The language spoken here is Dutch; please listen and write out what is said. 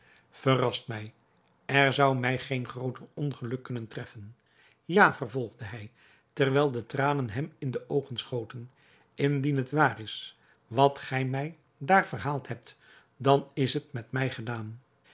verrast mij er zou mij geen grooter ongeluk kunnen treffen ja vervolgde hij terwijl de tranen hem in de oogen schoten indien het waar is wat gij mij daar verhaald hebt dan is het met mij gedaan